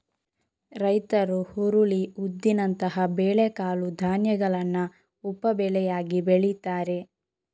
ರೈತರು ಹುರುಳಿ, ಉದ್ದಿನಂತಹ ಬೇಳೆ ಕಾಳು ಧಾನ್ಯಗಳನ್ನ ಉಪ ಬೆಳೆಯಾಗಿ ಬೆಳೀತಾರೆ